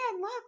look